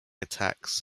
attacks